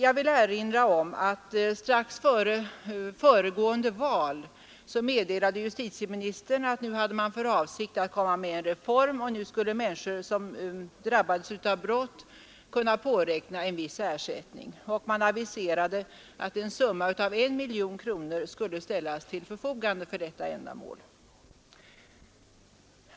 Jag vill erinra om att justitieministern strax före senaste val meddelade att man hade för avsikt att komma med en reform: nu skulle människor som drabbats av brott kunna påräkna en viss ersättning. Det aviserades att en summa av 1 miljon kronor skulle ställas till förfogande för detta ändamål.